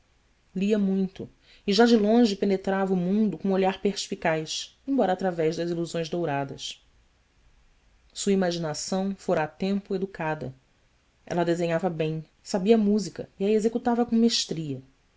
lia muito e já de longe penetrava o mundo com olhar perspicaz embora através das ilusões douradas sua imaginação fora a tempo educada ela desenhava bem sabia música e a executava com mestria